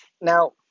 Now